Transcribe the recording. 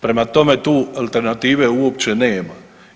Prema tome, tu alternative uopće nema.